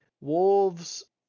Wolves